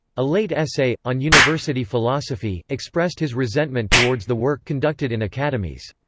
a late essay, on university philosophy, expressed his resentment towards the work conducted in academies.